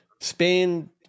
Spain